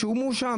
הוא מואשם.